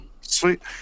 sweet